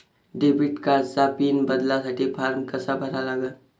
Debit कार्डचा pin बदलासाठी form कसा भरा लागन?